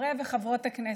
חברי וחברות הכנסת,